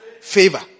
favor